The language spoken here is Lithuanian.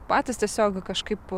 patys tiesiog kažkaip